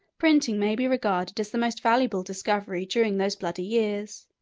printing may be regarded as the most valuable discovery during those bloody years,